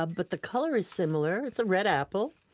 ah but the color is similar. it's a red apple,